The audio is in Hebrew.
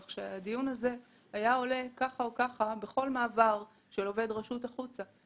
כך שהדיון הזה היה עולה ככה או ככה בכל מעבר של עובד רשות החוצה.